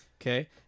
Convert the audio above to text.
Okay